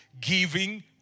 Giving